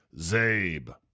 Zabe